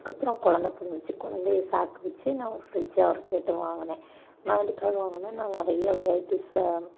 அதுக்கப்புறம் குழந்த பிறந்துருச்சி குழந்தய சாக்கு வச்சி நான் ஒரு பிரிட்ஜ் அவரை கேட்டு வாங்கினேன் நான் எதுக்காக வாங்கினேனா நான் நிறைய வெரைட்டீஸை